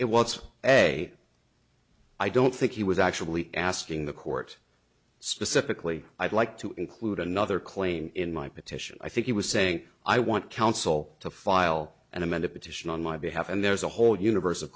it was a i don't think he was actually asking the court specifically i'd like to include another claim in my petition i think he was saying i want counsel to file an amended petition on my behalf and there's a whole univers